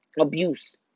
Abuse